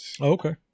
Okay